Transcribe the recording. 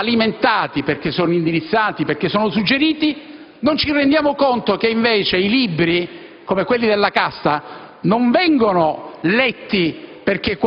perché sono alimentati, indirizzati, suggeriti, non ci rendiamo conto che invece i libri, come quelli sulla casta, non vengono letti